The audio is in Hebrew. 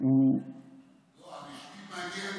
הרשמית מעניינת,